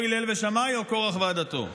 או הלל ושמאי או קורח ועדתו,